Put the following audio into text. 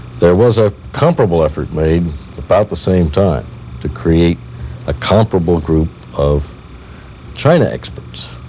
there was a comparable effort made about the same time to create a comparable group of china experts.